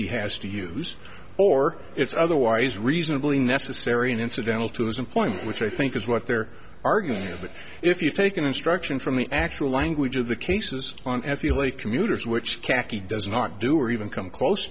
he has to use or it's otherwise reasonably necessary and incidental to his employment which i think is what they're arguing but if you take an instruction from the actual language of the cases on f l a commuter's which khaki does not do or even come close